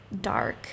dark